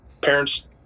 Parents